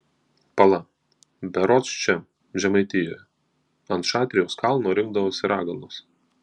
pala berods čia žemaitijoje ant šatrijos kalno rinkdavosi raganos